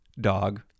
dog